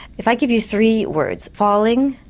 if i give you three words falling,